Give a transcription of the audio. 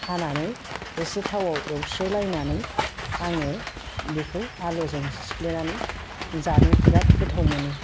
हानानै एसे थावआव एवस्रोलायनानै आङो बेखौ आलुजों सिफ्लेनानै जानो बिराद गोथाव मोनो